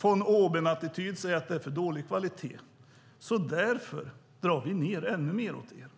von oben-attityd säga: Det är för dålig kvalitet, och därför drar vi ned ännu mer hos er.